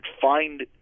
find